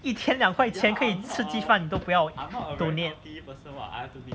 一天两块钱可以吃鸡饭你都不要 donate